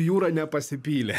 jūra nepasipylė